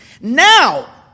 Now